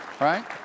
Right